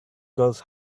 girls